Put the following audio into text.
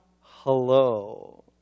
Hello